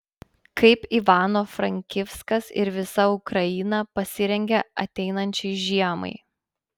kaip ivano frankivskas ir visa ukraina pasirengė ateinančiai žiemai